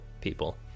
people